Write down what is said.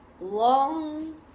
long